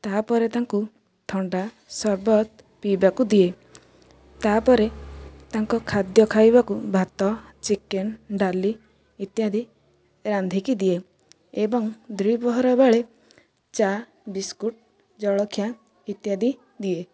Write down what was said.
ତାପରେ ତାଙ୍କୁ ଥଣ୍ଡା ସର୍ବତ ପିଇବାକୁ ଦିଏ ତାପରେ ତାଙ୍କୁ ଖାଦ୍ୟ ଖାଇବାକୁ ଭାତ ଚିକେନ୍ ଡାଲି ଇତ୍ୟାଦି ରାନ୍ଧିକି ଦିଏ ଏବଂ ଦ୍ୱିପହର ବେଳେ ଚା' ବିସ୍କୁଟ ଜଳଖିଆ ଇତ୍ୟାଦି ଦିଏ